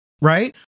right